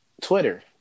Twitter